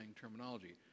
terminology